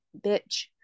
bitch